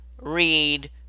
read